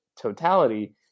totality